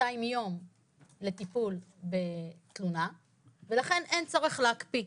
כ-200 יום לטיפול בתלונה ולכן אין צורך להקפיא.